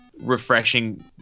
refreshing